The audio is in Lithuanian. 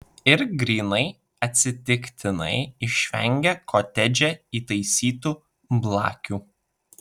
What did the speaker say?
ir grynai atsitiktinai išvengė kotedže įtaisytų blakių